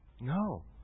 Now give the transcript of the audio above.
No